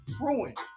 ruined